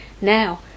Now